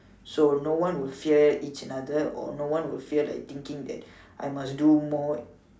so no would fear each another or no one would fear like thinking that I must do more